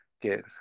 get